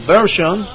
Version